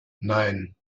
nein